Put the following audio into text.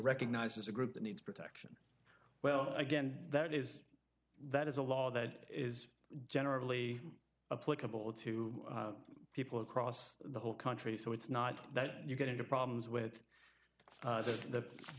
recognized as a group that needs protection well again that is that is a law that is generally a political to people across the whole country so it's not that you get into problems with that the